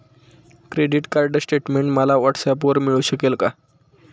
Credit card statement मला व्हॉट्सऍपवर मिळू शकेल का?